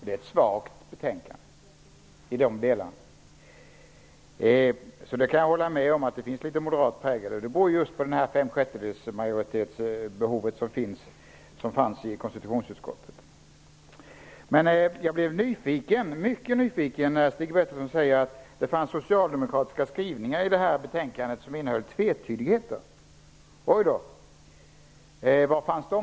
Det är ett svagt betänkande i de delarna. Det beror just på det krav på fem-sjättedelsmajoritet som finns i konstitutionsutskottet. Jag blev mycket nyfiken när Stig Bertilsson sade att det fanns socialdemokratiska skrivningar i det här betänkandet som innehöll tvetydigheter. Ojdå, var fanns de?